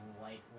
white